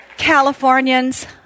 Californians